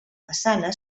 façana